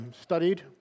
studied